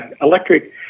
electric